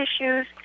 issues